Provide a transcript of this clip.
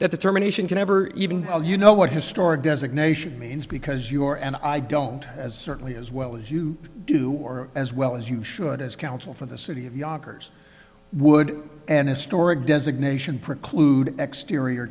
that determination can ever even though you know what historic designation means because your and i don't as certainly as well as you do or as well as you should as counsel for the city of yonkers would an historic designation preclude exterior